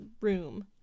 room